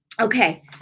Okay